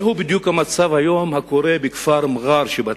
זה בדיוק המצב היום בכפר מע'אר בצפון.